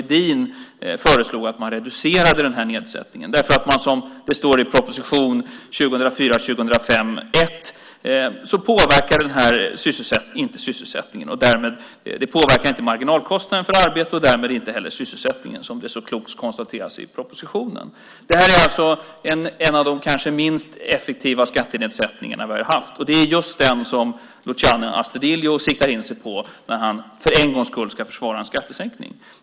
Edin föreslog en reducerad nedsättning därför att det här inte påverkar marginalkostnaden för arbete och därmed inte heller sysselsättningen, som det så klokt konstateras i proposition 2004/05:1. Det här är alltså en av de kanske minst effektiva skattenedsättningar vi har haft. Det är just den som Luciano Astudillo siktar in sig på när han för en gångs skull ska försvara en skattesänkning.